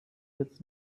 jetzt